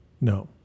No